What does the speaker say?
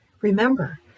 Remember